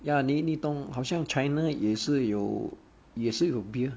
ya 你你懂好像 china 也是有也是有 beer